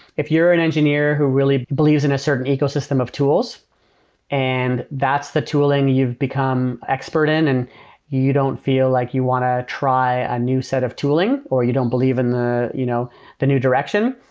if you're an engineer who really believes in a certain ecosystem of tool and that's the tooling you've become expert in and you you don't feel like you want to try a new set of tooling or you don't believe in the you know the new direction,